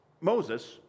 moses